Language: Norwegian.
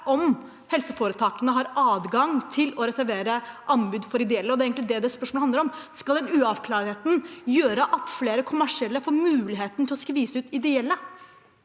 om helseforetakene har adgang til å reservere anbud for ideelle. Det er egentlig det spørsmålet handler om. Skal den uklarheten gjøre at flere kommersielle får muligheten til å skvise ut ideelle?